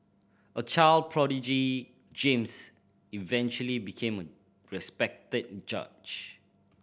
a child prodigy James eventually became a respected judge